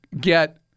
get